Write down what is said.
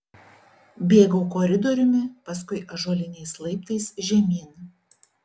bėgau koridoriumi paskui ąžuoliniais laiptais žemyn